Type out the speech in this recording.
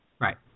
Right